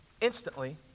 instantly